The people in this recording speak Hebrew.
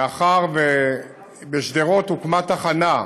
מאחר שבשדרות הוקמה תחנה,